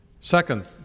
Second